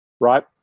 right